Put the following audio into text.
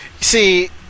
See